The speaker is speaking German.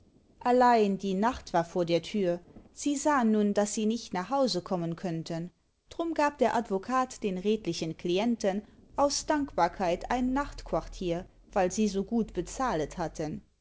allein die nacht war vor der tür sie sahn nun daß sie nicht nach hause kommen könnten drum gab der advokat den redlichen klienten aus dankbarkeit ein nachtquartier weil sie so gut bezahlet hatten